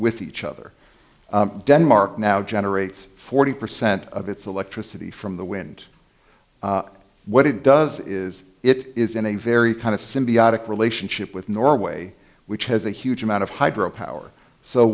with each other denmark now generates forty percent of its electricity from the wind what it does is it is in a very kind of symbiotic relationship with norway which has a huge amount of hydro power so